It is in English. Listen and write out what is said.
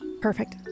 Perfect